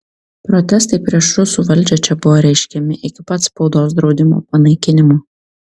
protestai prieš rusų valdžią čia buvo reiškiami iki pat spaudos draudimo panaikinimo